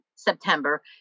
September